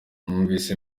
numvise